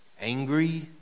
angry